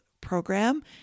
program